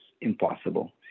impossible